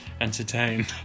entertain